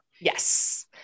Yes